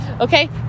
okay